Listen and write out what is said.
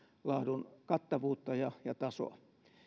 laadun kattavuutta ja ja tasoa